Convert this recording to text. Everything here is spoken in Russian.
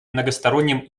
многостороннем